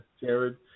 Jared